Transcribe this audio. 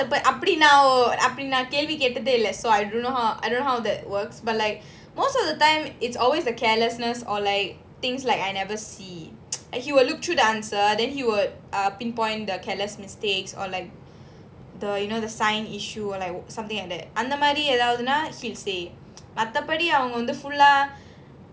but அப்டிநான்அப்டிநான்கேள்விகேட்டதேஇல்ல:apdi nan apdi nan kelvi ketathe illa so I don't know how I don't know how that works but like most of the time it's always the carelessness or like things like I never see and he will look through the answer then he would pin point the careless mistakes or like the you know the sign issue or like something like that அந்தமாதிரிஏதாவதுனா:andha madhiri edhavathuna he will say மத்தபடிஅவன்க:maththapadi avanga fulla